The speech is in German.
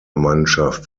mannschaft